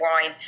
wine